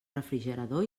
refrigerador